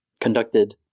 conducted